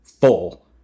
full